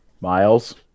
Miles